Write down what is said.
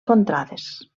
contrades